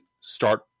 start